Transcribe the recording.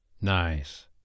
Nice